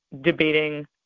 debating